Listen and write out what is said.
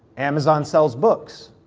amazon sells books,